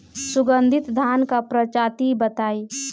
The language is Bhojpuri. सुगन्धित धान क प्रजाति बताई?